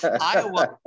Iowa